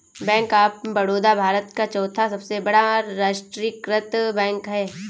bank of Baroda Bharat का चौथा सबसे बड़ा राष्ट्रीयकृत बैंक है